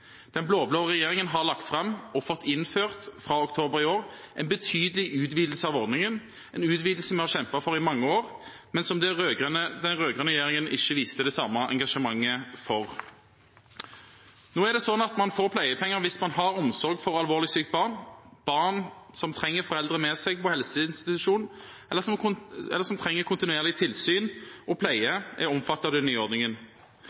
Den blå-blå regjeringen har lagt fram – og fått innført fra oktober i år – en betydelig utvidelse av ordningen, en utvidelse vi har kjempet for i mange år, men som den rød-grønne regjeringen ikke viste det samme engasjementet for. Nå er det slik at man får pleiepenger hvis man har omsorg for alvorlig sykt barn. Barn som trenger å ha foreldrene med seg på helseinstitusjon, eller som trenger kontinuerlig tilsyn og pleie, er omfattet av den nye ordningen.